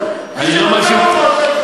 מאשים,